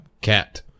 cat